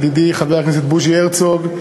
ידידי חבר הכנסת בוז'י הרצוג.